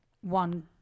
one